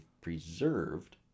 preserved